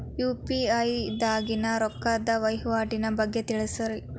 UPI ದಾಗಿನ ರೊಕ್ಕದ ವಹಿವಾಟಿನ ಬಗ್ಗೆ ತಿಳಸ್ರಿ